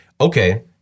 okay